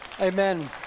Amen